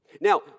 Now